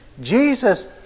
Jesus